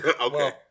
Okay